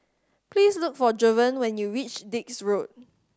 please look for Jovan when you reach Dix Road